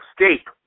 Escape